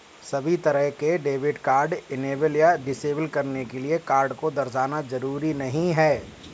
सभी तरह के डेबिट कार्ड इनेबल या डिसेबल करने के लिये कार्ड को दर्शाना जरूरी नहीं है